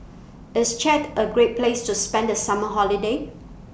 IS Chad A Great Place to spend The Summer Holiday